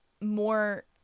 more